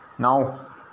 Now